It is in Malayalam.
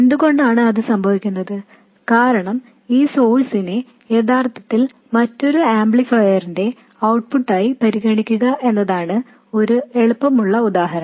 എന്തുകൊണ്ടാണ് ഇത് സംഭവിക്കുന്നത് കാരണം ഈ സോഴ്സിനെ യഥാർത്ഥത്തിൽ മറ്റൊരു ആംപ്ലിഫയറിന്റെ ഔട്ട്പുട്ട് ആയി പരിഗണിക്കുക എന്നതാണ് ഒരു എളുപ്പമുള്ള ഉദാഹരണം